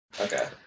okay